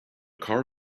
car